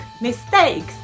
mistakes